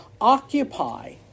Occupy